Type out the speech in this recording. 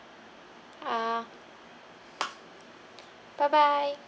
uh bye bye